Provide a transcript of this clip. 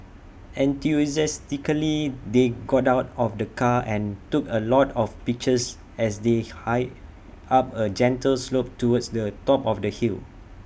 enthusiastically they got out of the car and took A lot of pictures as they hiked up A gentle slope towards the top of the hill